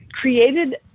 created